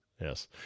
Yes